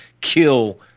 kill